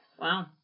Wow